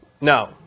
No